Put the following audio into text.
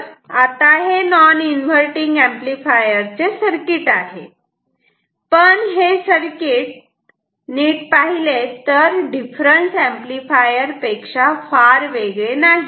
तर आता हे नॉन इन्व्हर्टटिंग एंपलीफायर चे सर्किट आहे पण हे सर्किट डिफरन्स एम्पलीफायर पेक्षा फार वेगळे नाही